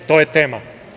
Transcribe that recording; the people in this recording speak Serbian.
To je tema.